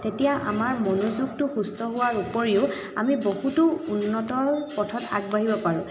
তেতিয়া আমাৰ মনোযোগটো সুস্থ হোৱাৰ উপৰিও আমি বহুতো উন্নতিৰ পথত আগবাঢ়িব পাৰোঁ